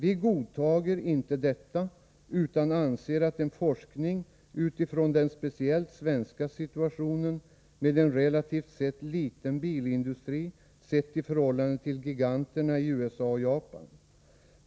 Vi godtar inte detta, utan anser att en forskning bör bedrivas utifrån den speciellt svenska situationen, med en relativt liten bilindustri sett i förhållande till giganterna i USA och Japan.